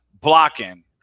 blocking